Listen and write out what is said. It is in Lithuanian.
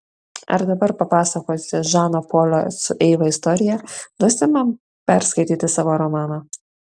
ar dabar papasakojusi žano polio su eiva istoriją duosi man perskaityti savo romaną